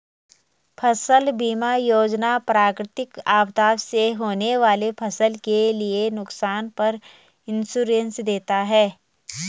फसल बीमा योजना प्राकृतिक आपदा से होने वाली फसल के नुकसान पर इंश्योरेंस देता है